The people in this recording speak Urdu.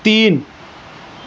تین